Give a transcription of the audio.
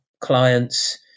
clients